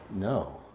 no,